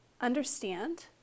understand